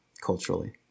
culturally